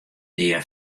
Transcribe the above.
dea